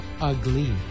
ugly